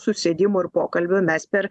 susėdimų ir pokalbių mes per